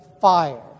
fire